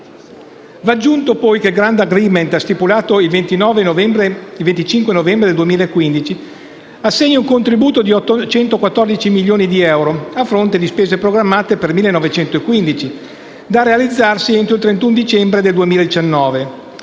Va aggiunto poi che il *grant agreement* stipulato il 25 novembre 2015 assegna un contributo di 814 milioni di euro a fronte di spese programmate di 1915 milioni di euro da realizzarsi entro il 31 dicembre del 2019.